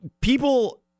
People